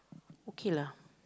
okay lah